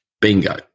Bingo